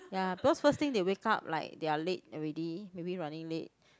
ya because first thing they wake up like they are late already maybe running late